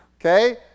Okay